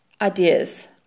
ideas